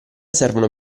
servono